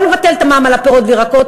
נבטל את הפטור ממע"מ על הפירות והירקות,